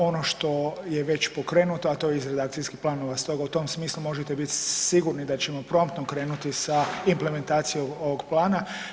Ono što je već pokrenuto, a to je iz redakcijskih planova, stoga u tom smislu možete biti sigurni da ćemo promptno krenuti sa implementacijom ovog plana.